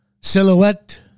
Silhouette